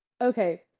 Okay